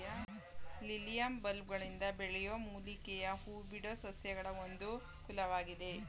lilium ಬಲ್ಬ್ಗಳಿಂದ ಬೆಳೆಯೋ ಮೂಲಿಕೆಯ ಹೂಬಿಡೋ ಸಸ್ಯಗಳ ಒಂದು ಕುಲವಾಗಿದೆ